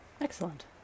Excellent